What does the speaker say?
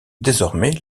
désormais